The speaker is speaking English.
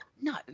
No